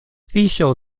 fiŝo